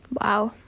Wow